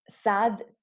sad